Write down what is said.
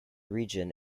region